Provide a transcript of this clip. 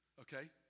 Okay